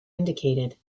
indicated